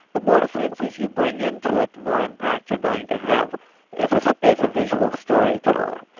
the more senses you bring into it, the more impact you are going to have as a visual storyteller.